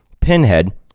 Pinhead